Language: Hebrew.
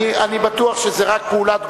מה אתה פונה אלי.